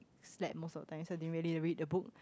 slept most of the time so didn't really read the book